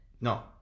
No